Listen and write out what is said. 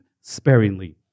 sparingly